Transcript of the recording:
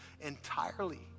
entirely